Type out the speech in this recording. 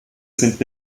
sind